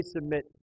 submit